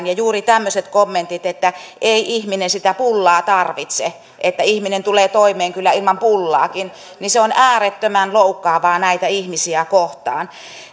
ja juuri tämmöiset kommentit että ei ihminen sitä pullaa tarvitse että ihminen tulee toimeen kyllä ilman pullaakin ovat äärettömän loukkaavia näitä ihmisiä kohtaan